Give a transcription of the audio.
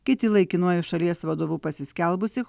kiti laikinuoju šalies vadovu pasiskelbusį